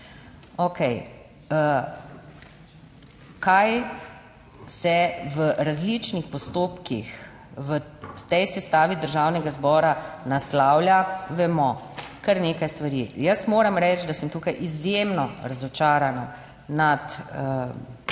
ne. Kaj se v različnih postopkih v tej sestavi Državnega zbora naslavlja vemo, kar nekaj stvari. Jaz moram reči, da sem tukaj izjemno razočarana nad poslanci